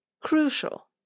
Crucial